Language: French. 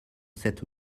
cette